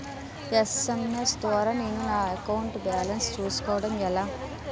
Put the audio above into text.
SMS ద్వారా నేను నా అకౌంట్ బాలన్స్ చూసుకోవడం ఎలా?